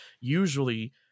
usually